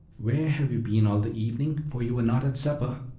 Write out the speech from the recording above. where have you been all the evening, for you were not at supper?